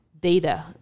data